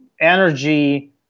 energy